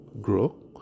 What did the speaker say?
grow